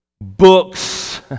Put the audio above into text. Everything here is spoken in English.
books